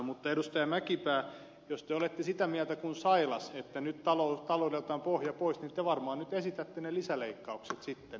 mutta edustaja mäkipää jos te olette samaa mieltä kuin sailas että nyt taloudelta on pohja pois niin te varmaan nyt esitätte sitten ne lisäleikkaukset joita vaaditaan